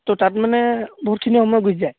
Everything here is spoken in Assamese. ত' তাত মানে বহুতখিনি সময় গুছি যায়